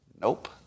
Nope